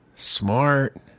Smart